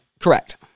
Correct